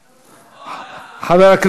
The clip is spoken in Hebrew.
אדוני,